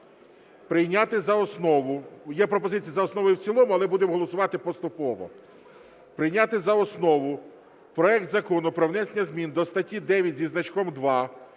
прийняти за основу… Є пропозиція за основу і в цілому, але будемо голосувати поступово. Прийняти за основу проект Закону про внесення змін до статті 9 зі значком 2